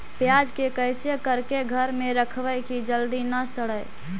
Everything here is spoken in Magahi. प्याज के कैसे करके घर में रखबै कि जल्दी न सड़ै?